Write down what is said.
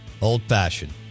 Old-fashioned